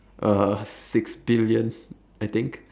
uh it has like six billion I think